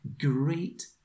great